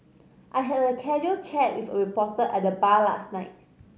I had a casual chat with a reporter at the bar last night